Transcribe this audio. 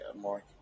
Mark